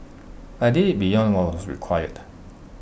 I did IT beyond what was required